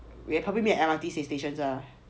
we're probably make at M_R_T stations lah